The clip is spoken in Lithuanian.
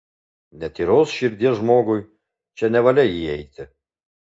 netyros širdies žmogui čia nevalia įeiti